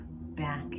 back